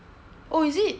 oh is it